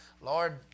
Lord